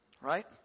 Right